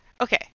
Okay